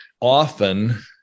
often